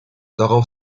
darauf